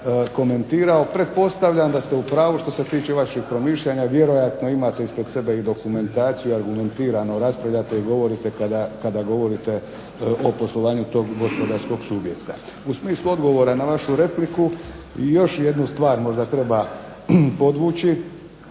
U smislu odgovora na vašu repliku i još jednu stvar možda treba podvući,